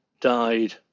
died